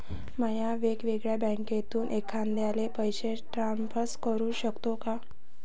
म्या वेगळ्या बँकेतून एखाद्याला पैसे ट्रान्सफर करू शकतो का?